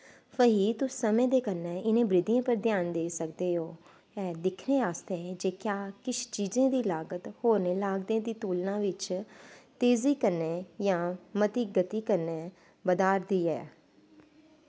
फ्ही तुस समें दे कन्नै इ'नें वृद्धियें पर ध्यान देई सकदे ओ एह् दिक्खने आस्तै जे क्या किश चीजें दी लागत होरनें लागतें दी तुलना विच तेजी कन्नै जां मती गति कन्नै बधा'रदी ऐ